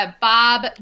Bob